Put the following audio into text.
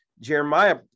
jeremiah